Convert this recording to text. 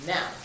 Now